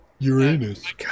Uranus